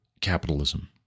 capitalism